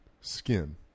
skin